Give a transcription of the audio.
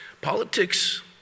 Politics